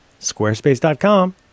squarespace.com